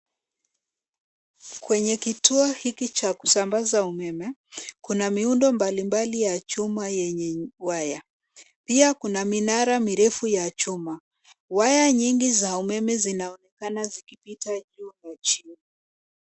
Kwenye kituo hiki cha kusambaza umeme, kuna miundo mbalimbali ya chuma yenye waya. Pia kuna minara mirefu ya chuma. Waya nyingi za umeme zinaonekana zikipita juu na chini.